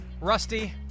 Rusty